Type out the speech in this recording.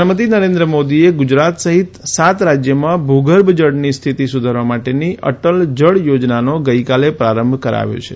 પ્રધાનમંત્રી નરેન્દ્ર મોદીએ ગુજરાત સહિત સાત રાજ્યોમાં ભૂગર્ભ જળની સ્થિતિ સુધારવા માટેની અટલ જળ યોજનાનો ગઈકાલે પ્રારંભ કરાવ્યો છે